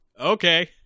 okay